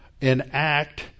enact